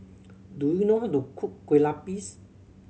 do you know how to cook kue lupis